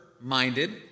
...minded